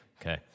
Okay